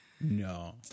No